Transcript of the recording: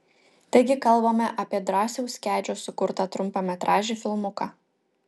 taigi kalbame apie drąsiaus kedžio sukurtą trumpametražį filmuką